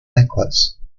necklace